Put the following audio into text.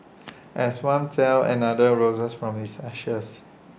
as one fell another rose from its ashes